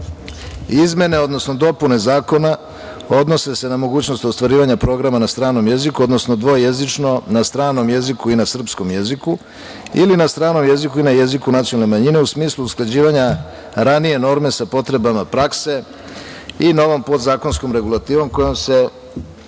odnosno dopune zakona odnose se na mogućnost ostvarivanja programa na stranom jeziku, odnosno dvojezično na stranom jeziku i na srpskom jeziku ili na stranom jeziku i na jeziku nacionalne manjine, u smislu usklađivanja ranije norme sa potrebama prakse i novom podzakonskom regulativom kojom se uređuje